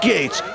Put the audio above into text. Gates